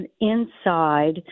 inside